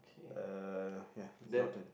uh ya it's your turn